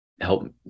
help